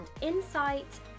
insight